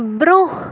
برٛۄنٛہہ